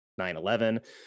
9-11